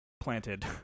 planted